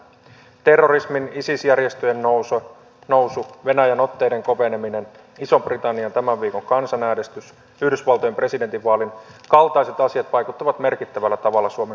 terrorismin ja isis järjestön nousu venäjän otteiden koveneminen ison britannian tämän viikon kansanäänestys ja yhdysvaltojen presidentinvaalin kaltaiset asiat vaikuttavat merkittävällä tavalla suomen kansainväliseen asemaan